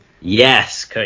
yes